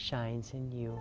shines in you